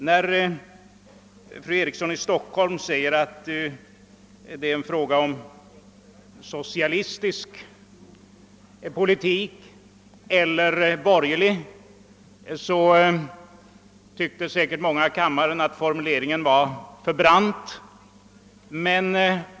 När fru Eriksson i Stockholm sade att detta är en fråga om socialistisk politik eller borgerlig tyckte säkerligen många i kammaren att formuleringen var för brant.